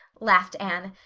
laughed anne,